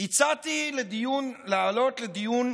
הצעתי להעלות לדיון